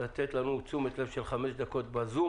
לתת לנו תשומת לב של חמש דקות בזום